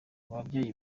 ababyeyi